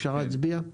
אפשר להצביע?